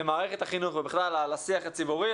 למערכת החינוך ובכלל לשיח הציבורי,